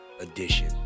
edition